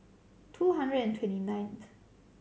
two hundred and twenty ninth